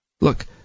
Look